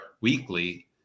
weekly